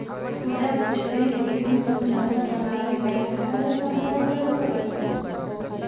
पूजा पूछल कई की ऋण समझौता बनावे ला केकरा से संपर्क करे पर तय?